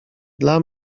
dla